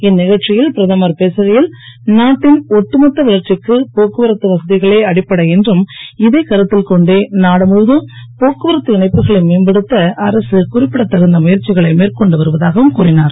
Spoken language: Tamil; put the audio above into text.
இந்நிகழ்ச்சியில் பிரதமர் பேசுகையில் நாட்டின் ஒட்டுமொத்த வளர்ச்சிக்கு போக்குவரத்து வசதிகளே அடிப்படை என்றும் இதை கருத்தில் கொண்டே நாடு முழவதும் போக்குவரத்து இணைப்புகளை மேம்படுத்த அரக குறிப்பிடத் தகுந்த முயற்சிகளை மேற்கொண்டு வருவதாகவும் கூறினார்